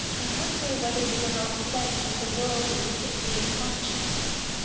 i wonder whether you were not sent into the world with a sickly conscience.